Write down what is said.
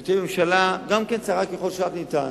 שתהיה ממשלה צרה ככל שרק ניתן,